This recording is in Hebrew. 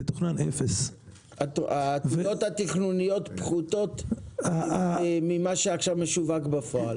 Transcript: תוכנן 0. העתודות התכנוניות פחותות ממה שעכשיו משווק בפועל.